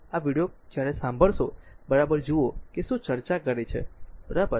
આ વિડીયો જ્યારે સાંભળશે બરાબર જુઓ કે શું શું ચર્ચા કરી છે બરાબર